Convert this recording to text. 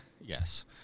yes